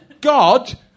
God